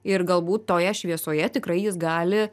ir galbūt toje šviesoje tikrai jis gali